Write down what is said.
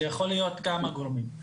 זה יכול להיות כמה גורמים,